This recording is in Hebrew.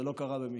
זה לא קרה במקרה,